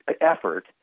effort